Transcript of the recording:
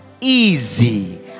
Easy